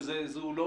זו לא